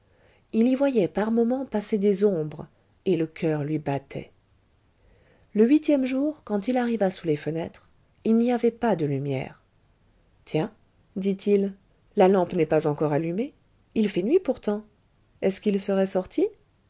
il y voyait par moments passer des ombres et le coeur lui battait le huitième jour quand il arriva sous les fenêtres il n'y avait pas de lumière tiens dit-il la lampe n'est pas encore allumée il fait nuit pourtant est-ce qu'ils seraient sortis